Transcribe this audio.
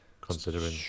Considering